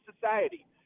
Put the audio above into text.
society